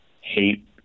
hate